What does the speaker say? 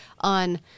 on